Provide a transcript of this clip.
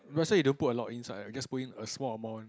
might as well you don't put a lot inside right just go in a small amount